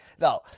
Now